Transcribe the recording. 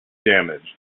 damaged